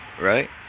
right